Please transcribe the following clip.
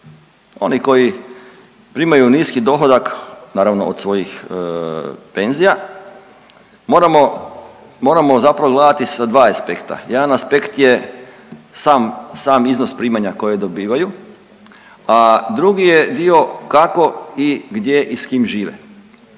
Oni koji primaju niski dohodak, naravno od svojih penzija, moramo zapravo gledati sa 2 aspekta, jedan aspekt je sam iznos primanja koje dobivaju, a drugi je dio kako i gdje i s kim žive